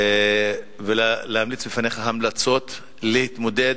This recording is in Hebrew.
להמליץ בפניך המלצות להתמודדות,